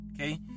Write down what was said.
Okay